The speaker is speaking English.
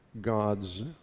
God's